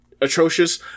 atrocious